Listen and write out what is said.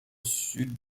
sud